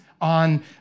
on